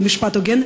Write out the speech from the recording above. למשפט הוגן,